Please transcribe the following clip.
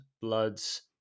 bloods